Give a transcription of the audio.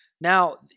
Now